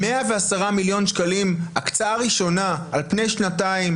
110 מיליון שקלים הקצאה הראשונה על פני שנתיים